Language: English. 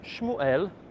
Shmuel